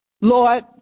Lord